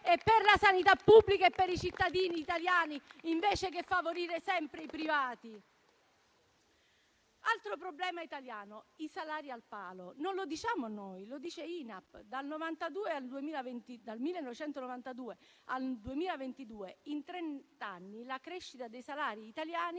per la sanità pubblica e per i cittadini italiani, invece che favorire sempre i privati. Altro problema italiano: i salari al palo. Non lo diciamo noi, ma lo dice l'INAPP: dal 1992 al 2022, quindi in trent'anni, la crescita dei salari italiani